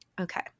okay